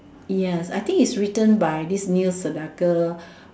yes I think it's written by this Neil Sedaka